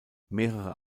mehrere